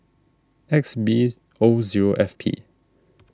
X B O zero F P